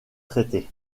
traités